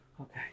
Okay